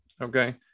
okay